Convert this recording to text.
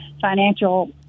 financial